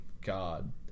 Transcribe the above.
God